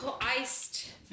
Iced